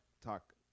talk